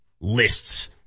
lists